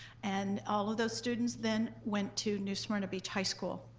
and all of those students then went to new smyrna beach high school.